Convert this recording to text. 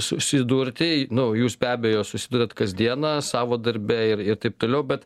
susidurti na o jūs be abejo susiduriat kasdieną savo darbe ir ir taip toliau bet